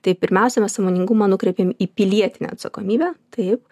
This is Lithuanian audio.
tai pirmiausia mes sąmoningumą nukreipiam į pilietinę atsakomybę taip